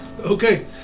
Okay